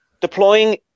deploying